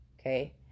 Okay